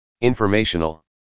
informational